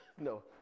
No